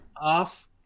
off